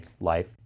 life